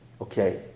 Okay